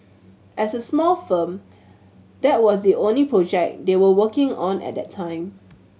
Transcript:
as a small firm that was the only project they were working on at that time